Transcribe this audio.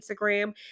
Instagram